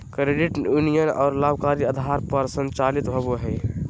credit union गैर लाभकारी आधार पर संचालित होबो हइ